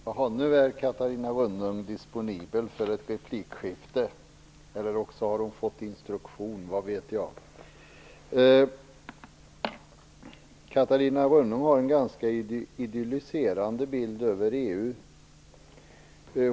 Herr talman! Nu är Catarina Rönnung disponibel för ett replikskifte, eller också har hon fått instruktion, vad vet jag. Catarina Rönnung gav en ganska idylliserande bild över EU.